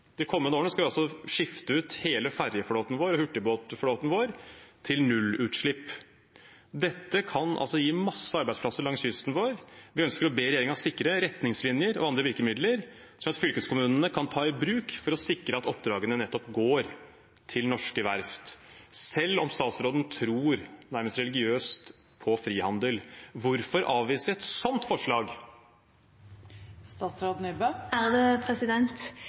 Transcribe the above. De kommende årene skal vi altså skifte ut hele ferjeflåten og hurtigbåtflåten vår med nullutslippsfartøy. Dette kan altså gi en masse arbeidsplasser langs kysten vår, og vi ønsker å be regjeringen sikre retningslinjer og andre virkemidler som fylkeskommunene kan ta i bruk for å sikre at oppdragene nettopp går til norske verft, selv om statsråden tror nærmest religiøst på frihandel. Hvorfor avvise et sånt